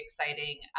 exciting